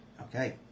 Okay